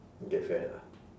get fat ah